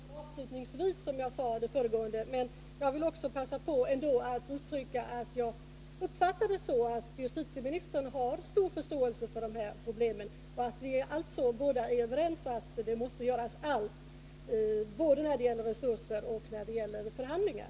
Herr talman! Jag sade visserligen i mitt förra inlägg ”avslutningsvis”, men jag vill ändå passa på att uttala att jag uppfattar det så att justitieministern har stor förståelse för dessa problem och att vi alltså är överens om att allt måste göras, både när det gäller resurser och när det gäller förhandlingar.